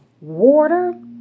water